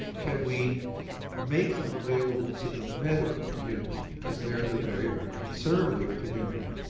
can we make them available to the medical community because they're the very, very conservative community.